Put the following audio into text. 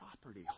property